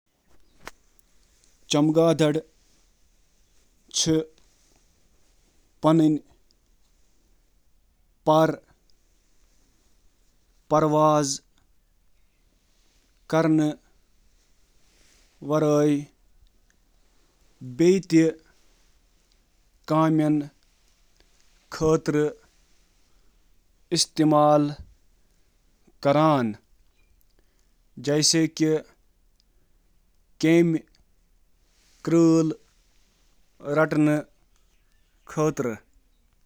آ، چمگادٕر چھِ پنٕنۍ پَکھ صرف وُڑنہٕ کھۄتہٕ زِیٛادٕ استعمال کران: شکار رٹُن، کھسُن، کھٮ۪ن سکوپنگ تہٕ باقی۔